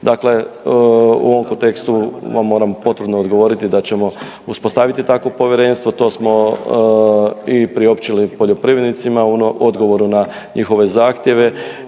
Dakle u ovom kontekstu vam moram potvrdno odgovoriti da ćemo uspostaviti takvo povjerenstvo. To smo i priopćili poljoprivrednicima u odgovoru na njihove zahtjeve